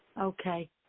Okay